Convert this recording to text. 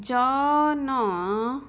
ଜନ